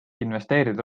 investeerida